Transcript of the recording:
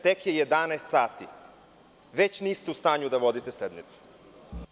Tek je 11,00 sati, već niste u stanju da vodite sednicu.